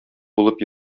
булып